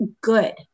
good